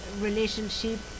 Relationship